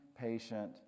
patient